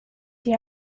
die